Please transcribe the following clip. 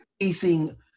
facing